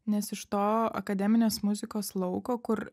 nes iš to akademinės muzikos lauko kur